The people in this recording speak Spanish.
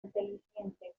inteligente